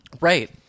Right